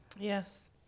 yes